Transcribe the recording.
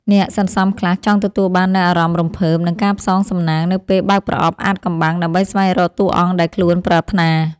អ្នកសន្សំខ្លះចង់ទទួលបាននូវអារម្មណ៍រំភើប និងការផ្សងសំណាងនៅពេលបើកប្រអប់អាថ៌កំបាំង ដើម្បីស្វែងរកតួអង្គដែលខ្លួនប្រាថ្នា។